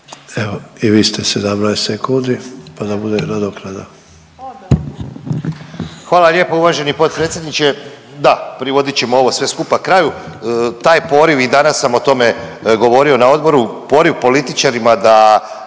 Evo i vi ste 17 sekundi pa da bude nadoknada.